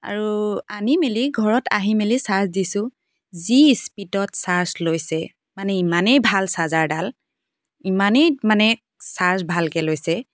আৰু আনি মেলি ঘৰত আহি মেলি চাৰ্জ দিছোঁ যি স্পিডত চাৰ্জ লৈছে মানে ইমানেই ভাল চাৰ্জাৰডাল ইমানেই মানে চাৰ্জ ভালকৈ লৈছে